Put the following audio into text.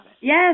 Yes